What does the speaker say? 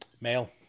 Male